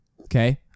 Okay